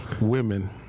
women